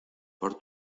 por